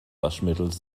waschmittels